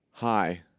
Hi